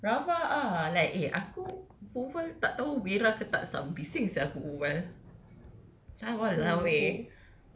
rabak ah like eh aku oval tak tahu merah ke tak [sial] bising [sial] aku oval ha !walao! eh